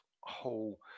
whole